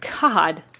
God